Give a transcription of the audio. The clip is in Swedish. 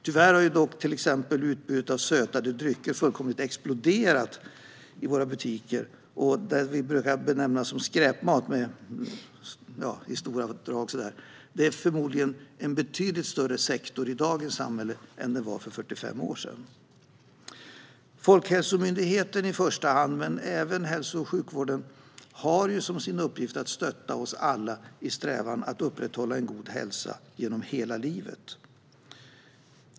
Tyvärr har dock till exempel utbudet av sötade drycker fullkomligt exploderat i våra butiker, och så kallad skräpmat är förmodligen en betydligt större sektor i dagens samhälle än den var för 45 år sedan. Folkhälsomyndigheten i första hand men även hälso och sjukvården har som en av sina uppgifter att stötta oss alla i strävan att upprätthålla en god hälsa genom hela livet.